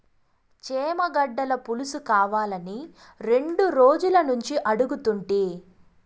చేమగడ్డల పులుసుకావాలని రెండు రోజులనుంచి అడుగుతుంటి